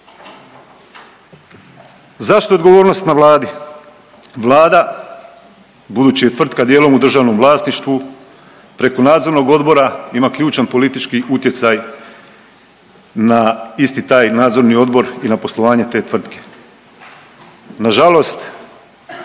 Zašto je odgovornost na Vladi? Vlada, budući je tvrtka dijelom u državnom vlasništvu, preko nadzornog odbora ima ključan politički utjecaj na isti taj nadzorni odbor i na poslovanje te tvrtke. Nažalost